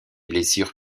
blessures